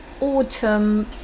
autumn